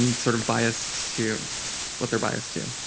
and sort of biased to what they're biased to?